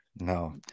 No